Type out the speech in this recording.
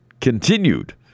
continued